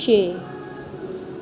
छे